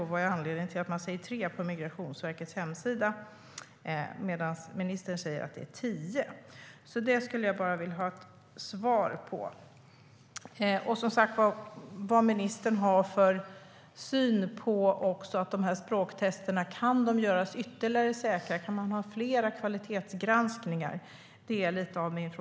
Av vilken anledning skriver Migrationsverket på sin hemsida att det är tre medan ministern säger att det är tio? Det skulle jag vilja ha svar på. Och vilken syn har ministern på språktesterna? Kan de göras ännu säkrare? Kan man ha flera kvalitetsgranskningar?